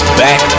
back